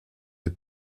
les